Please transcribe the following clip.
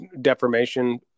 deformation